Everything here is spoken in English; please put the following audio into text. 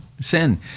sin